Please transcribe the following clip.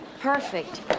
Perfect